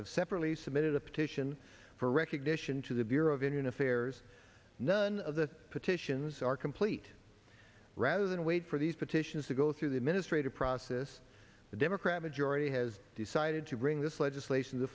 have separately submitted a petition for recognition to the bureau of indian affairs none of the petitions are complete rather than wait for these petitions to go through the administrative process the democrat majority has decided to bring this legislation t